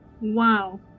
wow